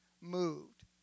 moved